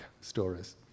stories